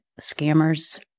scammers